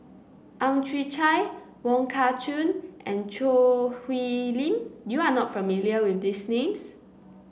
Ang Chwee Chai Wong Kah Chun and Choo Hwee Lim you are not familiar with these names